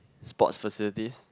sport facilities